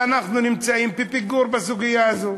ואנחנו נמצאים בפיגור בסוגיה הזאת.